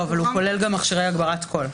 אבל זה כולל גם מכשירי הגברת קול.